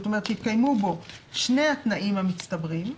זאת אומרת שהתקיימו בו שני התנאים המצטברים,